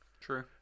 True